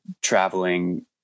traveling